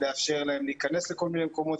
לאפשר להם להיכנס לכל מיני מקומות,